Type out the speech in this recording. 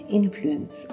influence